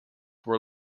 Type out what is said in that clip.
were